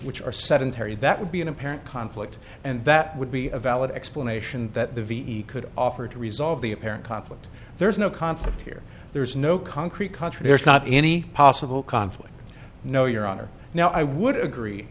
which are sedentary that would be an apparent conflict and that would be a valid explanation that the v e could offer to resolve the apparent conflict there's no conflict here there's no concrete country there's not any possible conflict no your honor now i would agree